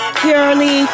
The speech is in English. purely